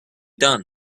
done